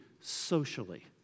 socially